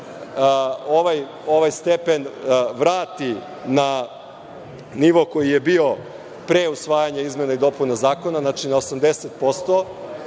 ovaj stepen vrati na nivo koji je bio pre usvajanja izmena i dopuna zakona, znači na 80%,